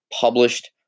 published